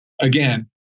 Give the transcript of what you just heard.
again